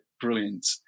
brilliant